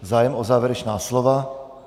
Zájem o závěrečná slova?